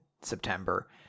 September